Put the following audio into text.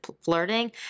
flirting